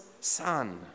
son